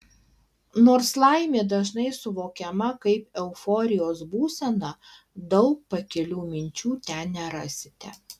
nors laimė dažnai suvokiama kaip euforijos būsena daug pakilių minčių ten nerasite